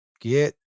Get